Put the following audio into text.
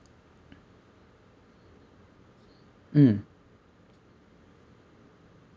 mm